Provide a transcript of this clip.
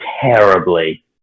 terribly